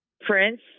Prince